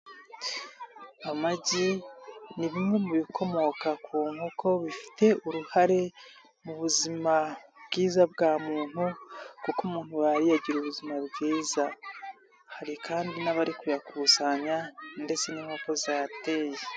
Amagi ni bimwe mu bikomoka ku nkoko bifite uruhare mu buzima bwiza bwa muntu kuko umuntu wayariye agira ubuzima bwiza. Hari kandi n'abari kuyakusanya ndetse n'inkoko zateye.